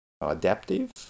adaptive